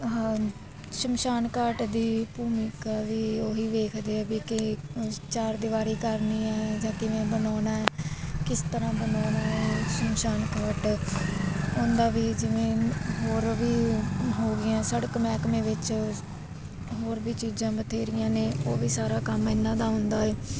ਆਹਾ ਸ਼ਮਸ਼ਾਨ ਘਾਟ ਦੀ ਭੂਮਿਕਾ ਵੀ ਉਹੀ ਵੇਖਦੇ ਆ ਵੀ ਕਿ ਚਾਰ ਦੀਵਾਰੀ ਕਰਨੀ ਹੈ ਜਾਂ ਕਿਵੇਂ ਬਣਾਉਣਾ ਕਿਸ ਤਰ੍ਹਾਂ ਬਣਾਉਣਾ ਹੈ ਸ਼ਮਸ਼ਾਨ ਘਾਟ ਉਹਦਾ ਵੀ ਜਿਵੇਂ ਹੋਰ ਵੀ ਹੋ ਗਈਆਂ ਸੜਕ ਮਹਿਕਮੇ ਵਿੱਚ ਹੋਰ ਵੀ ਚੀਜ਼ਾਂ ਬਥੇਰੀਆਂ ਨੇ ਉਹ ਵੀ ਸਾਰਾ ਕੰਮ ਇਹਨਾਂ ਦਾ ਹੁੰਦਾ ਏ